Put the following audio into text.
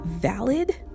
valid